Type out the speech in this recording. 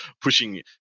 pushing